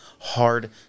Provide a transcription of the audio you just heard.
hard